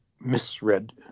misread